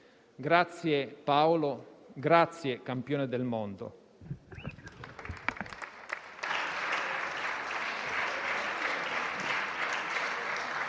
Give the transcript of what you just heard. Grazie Paolo, grazie campione del mondo.